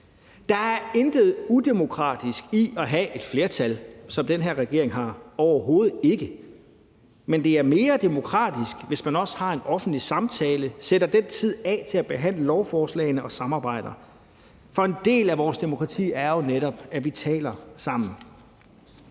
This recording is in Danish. Der er intet udemokratisk i at have et flertal, som den her regering har, overhovedet ikke, men det er mere demokratisk, hvis man også har en offentlig samtale og sætter tid af til at behandle lovforslagene og samarbejder. For en del af vores demokrati er jo netop, at vi taler sammen.